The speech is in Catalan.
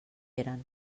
eren